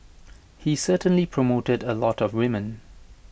he certainly promoted A lot of women